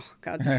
god